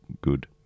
good